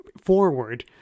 forward